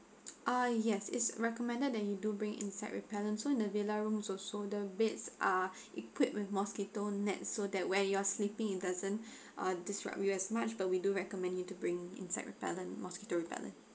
ah yes it's recommended that you do bring insect repellent so in the villa rooms also the beds are equipped with mosquito net so that when you are sleeping it doesn't uh disrupt you as much but we do recommend you to bring insect repellent mosquito repellent